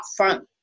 upfront